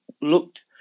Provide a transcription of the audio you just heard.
looked